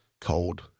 cold